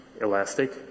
elastic